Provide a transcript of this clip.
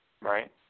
right